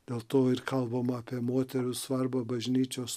dėl to ir kalbama apie moterų svarbą bažnyčios